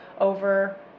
over